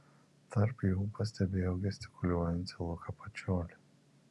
tarp jų pastebėjau gestikuliuojantį luką pačiolį